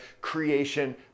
creation